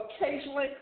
occasionally